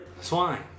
Swine